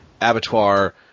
abattoir